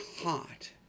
hot